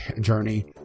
journey